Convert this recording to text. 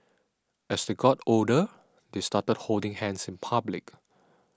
as they got older they started holding hands in public